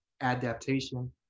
adaptation